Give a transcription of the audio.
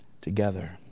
together